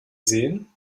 sehen